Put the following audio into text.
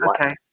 okay